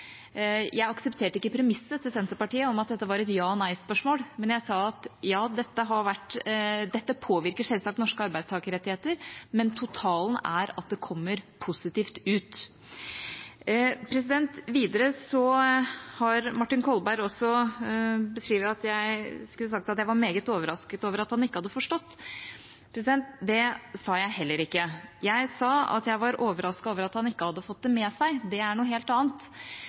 Jeg aksepterte ikke premisset til Senterpartiet om at dette var et ja/nei-spørsmål, men jeg sa at dette selvsagt påvirker norske arbeidstakerrettigheter, men at totalen er at det kommer positivt ut. Videre har Martin Kolberg beskrevet at jeg skulle ha sagt at jeg var meget overrasket over at han ikke hadde forstått. Det sa jeg heller ikke. Jeg sa at jeg var overrasket over at han ikke hadde fått det med seg. Det er noe helt annet.